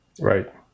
Right